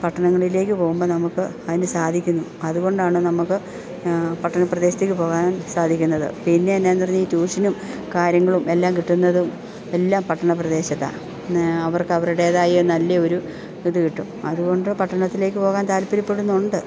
പട്ടണങ്ങളിലേക്ക് പോകുമ്പോൾ നമ്മൾക്ക് അതിന് സാധിക്കുന്നു അതുകൊണ്ടാണ് നമ്മൾക്ക് പട്ടണ പ്രദേശത്തേക്ക് പോകാൻ സാധിക്കുന്നത് പിന്നെ എന്നാ എന്നു പറഞ്ഞാൽ ഈ ട്യൂഷനും കാര്യങ്ങളും എല്ലാം കിട്ടുന്നതും എല്ലാം പട്ടണപ്രദേശത്താണ് പിന്നെ അവർക്ക് അവരുടേതായ നല്ല ഒരു ഇത് കിട്ടും അതുകൊണ്ട് പട്ടണത്തിലേക്ക് പോകാൻ താല്പര്യപ്പെടുന്നുണ്ട്